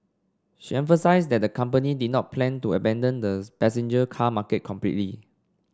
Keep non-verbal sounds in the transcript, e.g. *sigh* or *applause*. she emphasised that the company did not plan to abandon the *unintelligible* passenger car market completely